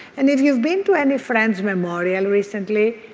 and if you've been to any friend's memorial recently,